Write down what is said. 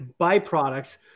byproducts